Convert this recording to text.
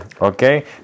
Okay